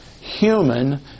human